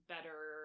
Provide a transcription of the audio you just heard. better